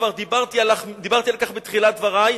וכבר דיברתי על כך בתחילת דברי,